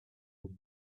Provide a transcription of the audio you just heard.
was